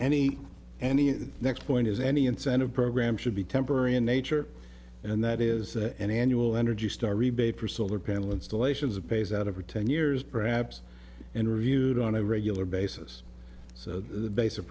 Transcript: the next point is any incentive program should be temporary in nature and that is that an annual energy star rebate for solar panel installations a pays out of for ten years perhaps interviewed on a regular basis so the bas